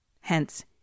Hence